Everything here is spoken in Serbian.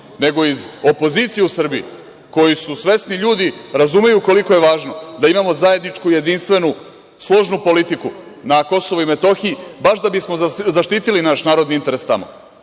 nego i iz opozicije u Srbiji koji su svesni ljudi, razumeju koliko je važno da imamo zajedničku, jedinstvenu, složnu politiku na KiM baš da bismo zaštitili naš narodni interes tamo.